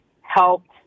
helped